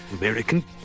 American